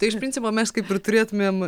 tai iš principo mes kaip ir turėtumėm